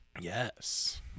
yes